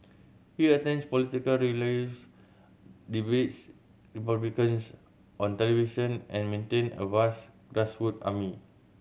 he attends political rallies debates Republicans on television and maintain a vast army